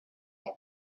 had